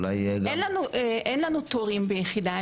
אין לנו תורים ביחידה,